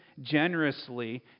generously